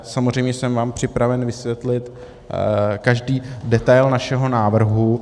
Samozřejmě jsem vám připraven vysvětlit každý detail našeho návrhu.